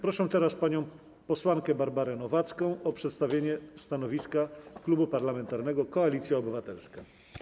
Proszę teraz panią posłankę Barbarę Nowacką o przedstawienie stanowiska Klubu Parlamentarnego Koalicja Obywatelska.